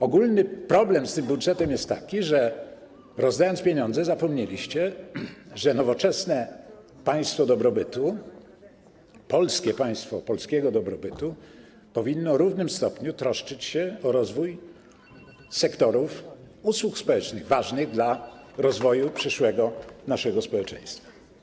Ogólny problem z tym budżetem jest taki, że rozdając pieniądze, zapomnieliście, że nowoczesne państwo dobrobytu, polskie państwo polskiego dobrobytu powinno w równym stopniu troszczyć się o rozwój sektorów usług społecznych ważnych dla przyszłego rozwoju naszego społeczeństwa.